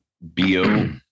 bo